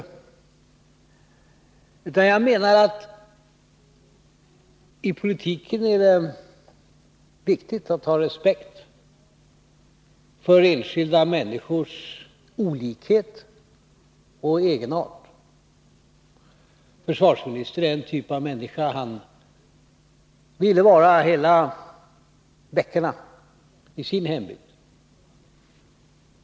Jag menar att det i politiken är viktigt att ha respekt för enskilda människors olikheter och egenart. Försvarsministern är en typ av människa. Han ville vara hela veckorna i sin hembygd.